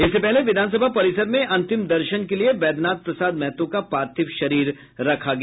इससे पहले विधानसभा परिसर में अंतिम दर्शन के लिए बैद्यनाथ प्रसाद महतो का पार्थिव शरीर रखा गया